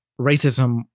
racism